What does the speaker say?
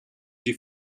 die